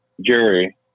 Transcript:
Jerry